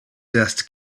dust